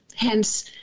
Hence